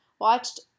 watched